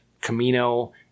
Camino